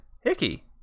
Hickey